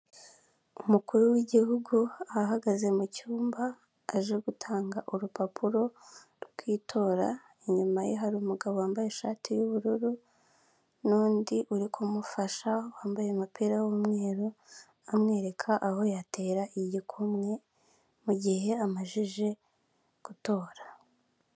Umukuru w'igihugu ahagaze mu cyumba aje gutanga urupapuro rw'itora inyuma ye hari umugabo wambaye ishati y'ubururu n'undi uri kumufasha wambaye umupira w'umweru amwereka aho yatera igikumwe mu gihe amaze gutora.